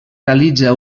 realitza